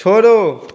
छोड़ो